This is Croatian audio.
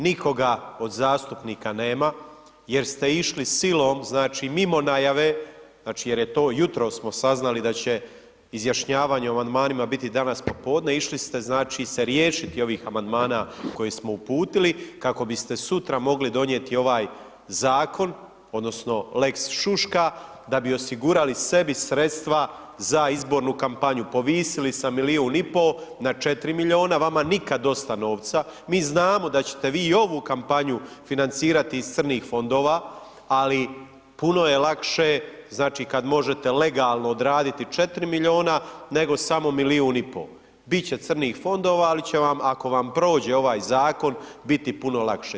Nikoga od zastupnika nema jer ste išli silom, znači, mimo najave, znači, jer je to, jutros smo saznali da će izjašnjavanje o amandmanima biti danas popodne, išli ste, znači, se riješiti ovih amandmana koje smo uputili, kako biste sutra mogli donijeti ovaj zakon odnosno lex šuška da bi osigurali sebi sredstva za izbornu kampanju, povisili sa milijun i po na 4 milijuna, vama nikad dosta novca, mi znamo da ćete vi i ovu kampanju financirati iz crnih fondova, ali puno je lakše, znači, kad možete legalno odraditi 4 milijuna, nego samo milijun i po, bit će crnih fondova, ali će vam, ako vam prođe ovaj zakon, biti puno lakše.